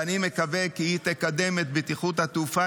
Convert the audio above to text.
ואני מקווה כי היא תקדם את בטיחות התעופה